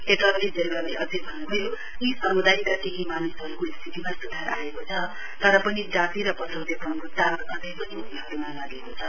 attorney जेनरलले अझै भन्न्भयो यी सम्दायका केही मानिसहरूको स्थितिमा स्धार आएको छ तर पनि जाति र पछौटेपनको दाग अझै पनि उनीहरूमाथि लागेको छ